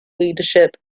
leadership